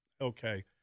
okay